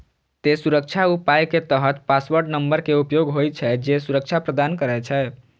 तें सुरक्षा उपाय के तहत पासवर्ड नंबर के उपयोग होइ छै, जे सुरक्षा प्रदान करै छै